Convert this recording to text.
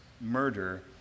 murder